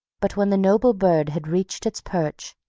but, when the noble bird had reached its perch,